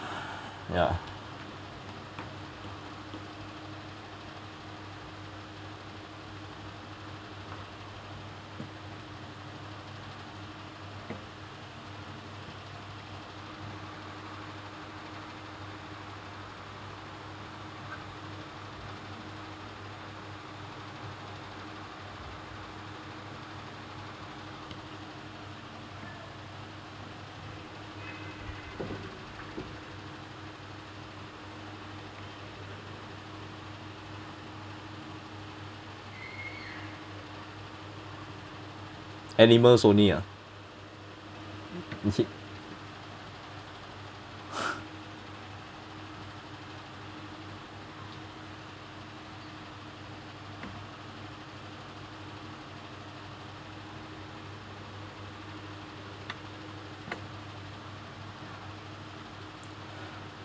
ya animals only ah